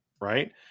right